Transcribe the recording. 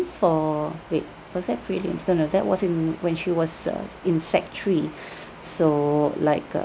for wait was that prelims no no that was in when she was uh in sec three so like uh